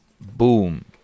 Boom